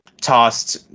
tossed